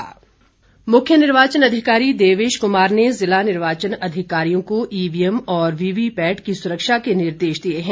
निर्देश मुख्य निर्वाचन अधिकारी देवेश कुमार ने ज़िला निर्वाचन अधिकारियों को ईवीएम और वीवी पैट की स्रक्षा के निर्देश दिए हैं